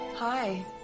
Hi